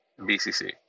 BCC